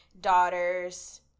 daughters